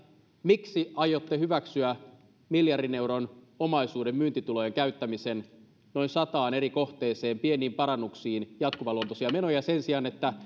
miksi aiotte hyväksyä miljardin euron omaisuuden myyntitulojen käyttämisen noin sataan eri kohteeseen pieniin parannuksiin ja jatkuvaluontoisiin menoihin sen sijaan että